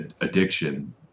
addiction